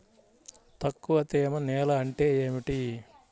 తక్కువ తేమ నేల అంటే ఏమిటి?